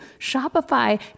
Shopify